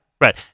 Right